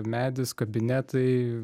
medis kabinetai